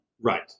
Right